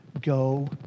Go